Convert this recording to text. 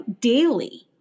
daily